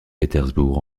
pétersbourg